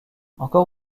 encore